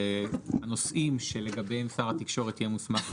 הנושאים שלגביהם שר התקשורת יהיה מוסמך